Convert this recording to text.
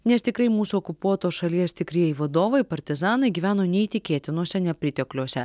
nes tikrai mūsų okupuotos šalies tikrieji vadovai partizanai gyveno neįtikėtinuose nepritekliuose